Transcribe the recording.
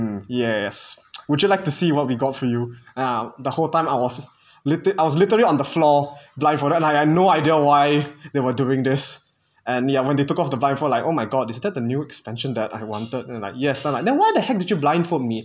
mm yes would you like to see what we got for you and ah the whole time I was liter~ I was literally on the floor blindfolded and I had no idea why there were doing this and ya when they took off the blindfold like oh my god is that the new expansion that I wanted and like yes then why the heck did you blindfold me